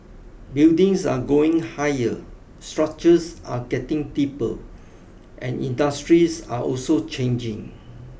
buildings are going higher structures are getting deeper and industries are also changing